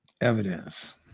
evidence